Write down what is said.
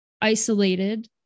isolated